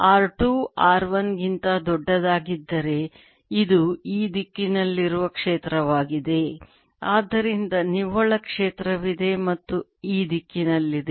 R 2 r 1 ಗಿಂತ ದೊಡ್ಡದಾಗಿದ್ದರೆ ಇದು ಈ ದಿಕ್ಕಿನಲ್ಲಿರುವ ಕ್ಷೇತ್ರವಾಗಿದೆ ಆದ್ದರಿಂದ ನಿವ್ವಳ ಕ್ಷೇತ್ರವಿದೆ ಮತ್ತು ಈ ದಿಕ್ಕಿನಲ್ಲಿದೆ